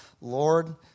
Lord